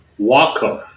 Welcome